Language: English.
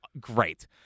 Great